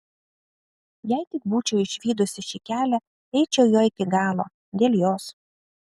jei tik būčiau išvydusi šį kelią eičiau juo iki galo dėl jos